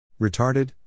Retarded